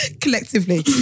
Collectively